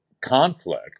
conflict